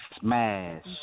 Smash